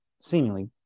seemingly